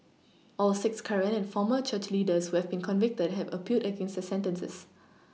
all six current and former church leaders who have been convicted have appealed against their sentences